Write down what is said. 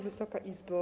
Wysoka Izbo!